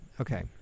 okay